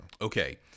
Okay